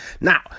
Now